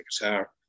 guitar